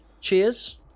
cheers